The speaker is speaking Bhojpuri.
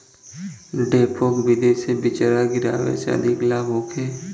डेपोक विधि से बिचरा गिरावे से अधिक लाभ होखे?